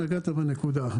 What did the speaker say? נגעת בנקודה.